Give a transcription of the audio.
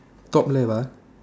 top left ah